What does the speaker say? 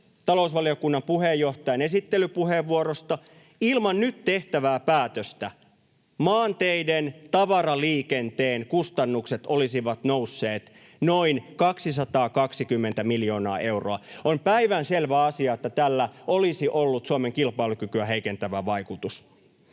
talousvaliokunnan puheenjohtajan esittelypuheenvuorosta, ilman nyt tehtävää päätöstä maanteiden tavaraliikenteen kustannukset olisivat nousseet noin 220 miljoonaa euroa. On päivänselvä asia, että tällä olisi ollut Suomen kilpailukykyä heikentävä vaikutus.